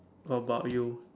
about you